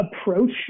approach